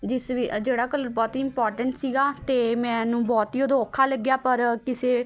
ਜਿਸ ਵਿੱ ਅ ਜਿਹੜਾ ਕਲਰ ਬਹੁਤ ਹੀ ਇੰਮਪੋਰਟੈਂਟ ਸੀਗਾ ਅਤੇ ਮੈਨੂੰ ਬਹਤੁ ਹੀ ਉਦੋਂ ਔਖਾ ਲੱਗਿਆ ਪਰ ਕਿਸੇ